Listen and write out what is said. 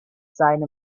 seine